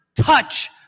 touch